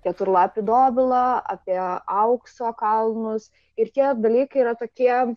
keturlapį dobilą apie aukso kalnus ir tie dalykai yra tokie